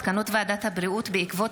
מסקנות ועדת הבריאות בעקבות